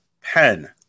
pen